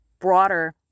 broader